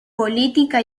política